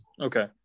Okay